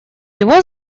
его